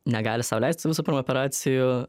negali sau leisti visų pirma operacijų